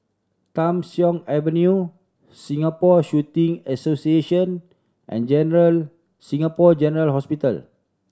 Tham Soong Avenue Singapore Shooting Association and General Singapore General Hospital